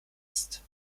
ist